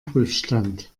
prüfstand